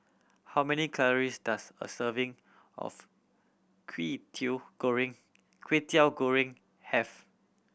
how many calories does a serving of Kwetiau Goreng Kwetiau Goreng have